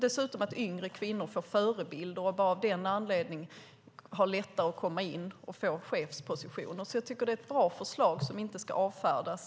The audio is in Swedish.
Dessutom får yngre kvinnor förebilder, och bara av den anledningen har de lättare att komma in och få chefspositioner. Jag tycker därför att det är ett bra förslag som inte ska avfärdas.